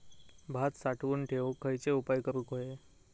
भात साठवून ठेवूक खयचे उपाय करूक व्हये?